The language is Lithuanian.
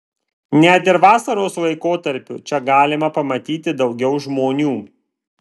net ir vasaros laikotarpiu čia galima pamatyti daugiau žmonių